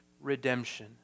redemption